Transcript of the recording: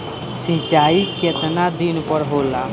सिंचाई केतना दिन पर होला?